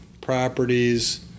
properties